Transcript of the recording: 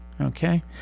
okay